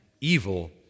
evil